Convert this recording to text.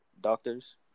doctors